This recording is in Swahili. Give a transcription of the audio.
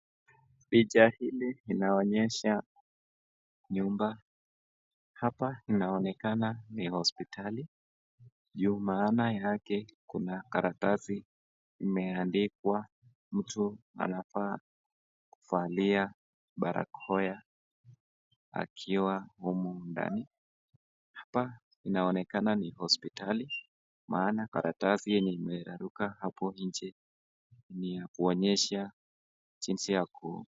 Picha hili linaonyesha nyumba, hapa inaonekana ni hospitali juu maana yake kuna karatasi imeandikwa mtu anafaa kuvalia barakoa akiwa humu ndani, hapa inaonekana ni hospitali maana karatasi yanye imeraruka hapo nje ni ya kuonyesha jinsi ya ku...